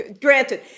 granted